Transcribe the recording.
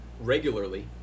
regularly